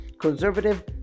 conservative